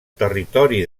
territori